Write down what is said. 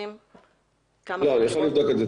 אני יכול לבדוק.